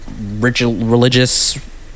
religious